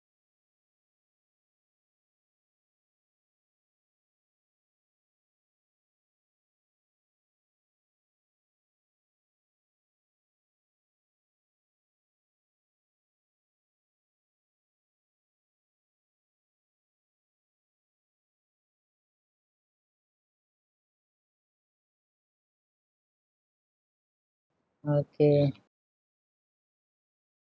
okay